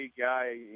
guy